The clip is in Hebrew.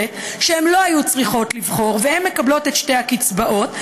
לא היו צריכות לבחור והן מקבלות את שתי הקצבאות,